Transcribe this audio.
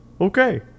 okay